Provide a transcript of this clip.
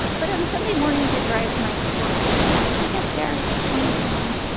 but on sunday mornings, i drive my car so that i can get there on time.